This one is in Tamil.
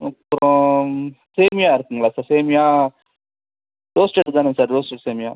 அப்புறோம் சேமியா இருக்குதுங்களா சார் சேமியா ரோஸ்டட் தானே சார் ரோஸ்டட் சேமியா